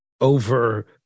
over